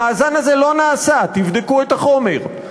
המאזן הזה לא נעשה, תבדקו את החומר.